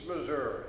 Missouri